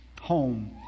home